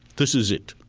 this is it,